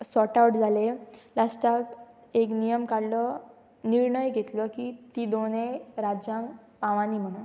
sort out जाले लास्टाक एक नियम काडलो निर्णय घेतलो की ती दोनय राज्यांक पावांनी म्हणून